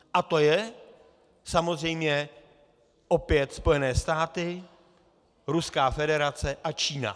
A to je samozřejmě opět Spojené státy, Ruská federace a Čína.